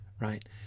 Right